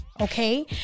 okay